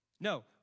No